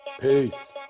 Peace